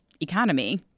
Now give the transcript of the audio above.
economy